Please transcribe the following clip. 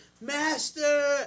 Master